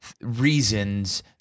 reasons